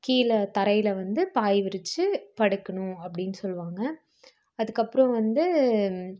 கீழே தரையில் வந்து பாய் விரிச்சு படுக்கணும் அப்படின்னு சொல்வாங்க அதுக்கப்புறோம் வந்து